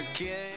again